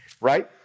Right